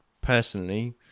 personally